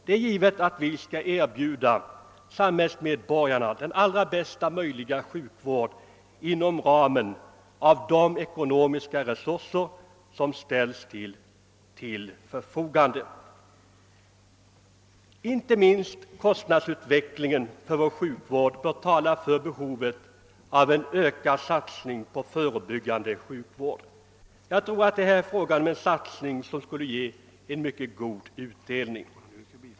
Det är givet att vi skall erbjuda <samhällsmedborgarna bästa möjliga sjukvård inom ramen för de ekonomiska resurser som ställs till förfogande. Inte minst kostnadsutvecklingen för sjukvården bör tala för behovet av en ökad satsning på förebyggande sjukvård. Jag tror att en sådan satsning skulle ge mycket god utdelning.